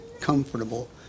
comfortable